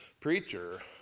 preacher